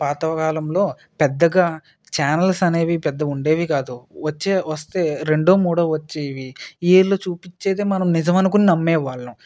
పాతకాలంలో పెద్దగా చానల్స్ అనేవి పెద్ద ఉండేవి కాదు వచ్చే వస్తే రెండో మూడో వచ్చేవి వీళ్ళు చుపించేది మనం నిజం అనుకుని నమ్మే వాళ్ళం